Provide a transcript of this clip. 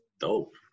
dope